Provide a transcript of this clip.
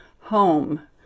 home